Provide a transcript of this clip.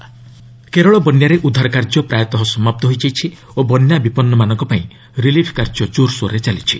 Kerala flood Kerala ବନ୍ୟାରେ ଉଦ୍ଧାର କାର୍ଯ୍ୟ ପ୍ରାୟତଃ ସମାପ୍ତ ହୋଇଯାଇଛି ଓ ବନ୍ୟାବିପନ୍ନମାନଙ୍କ ପାଇଁ ରିଲିଫ୍ କାର୍ଯ୍ୟ ଜୋର୍ସୋର୍ରେ ଚାଲିଛି